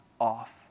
off